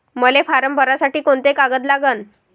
मले फारम भरासाठी कोंते कागद लागन?